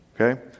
Okay